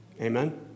Amen